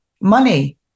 money